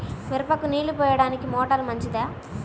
మిరపకు నీళ్ళు పోయడానికి మోటారు మంచిదా?